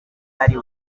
ari